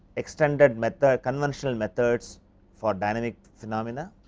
extended method, conventional methods for dynamic phenomena.